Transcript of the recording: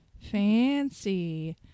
Fancy